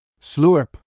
Slurp